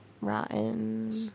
Rotten